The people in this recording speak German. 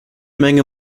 menge